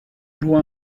joua